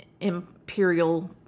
imperial